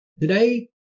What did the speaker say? today